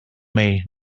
may